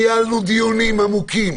ניהלנו דיונים עמוקים